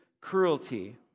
cruelty